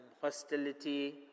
hostility